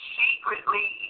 secretly